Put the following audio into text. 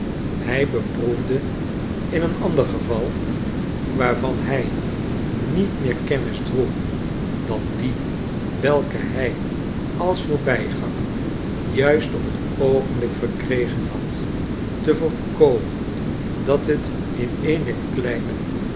hij beproefde in een ander geval waarvan hij niet meer kennis droeg dan die welke hrj als voorbijganger juist op het oogenblik verkregen had te voorkomen dat het in eene kleine